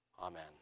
Amen